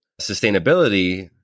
sustainability